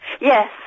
Yes